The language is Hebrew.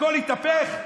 הכול התהפך?